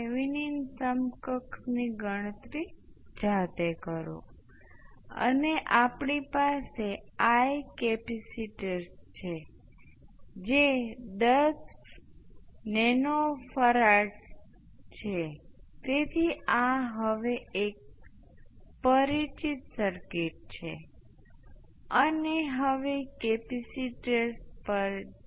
હવે સર્કિટનું સમીકરણ શું છે હું તેની પાસે જઈ રહ્યો છું આ ત્રણ શાખાઓ સમાંતર છે ખાસ કરીને L 1 અને R 1 શ્રેણીની શાખાઓ L 2 અને R 2 ની શ્રેણીની શાખાઓના સમાંતરમાં છે